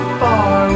far